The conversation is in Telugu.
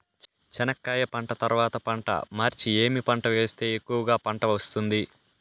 చెనక్కాయ పంట తర్వాత పంట మార్చి ఏమి పంట వేస్తే ఎక్కువగా పంట వస్తుంది?